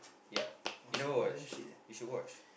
yeah you never watch you should watch